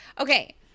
Okay